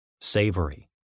savory